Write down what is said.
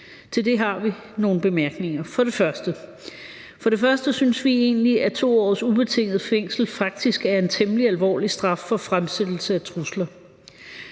Til det har vi nogle bemærkninger. For det første synes vi egentlig, at 2 års ubetinget fængsel faktisk er en temmelig alvorlig straf for fremsættelse af trusler.